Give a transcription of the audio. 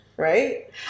Right